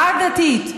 עדתית.